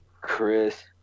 Chris